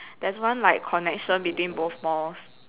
there's one like connection between both malls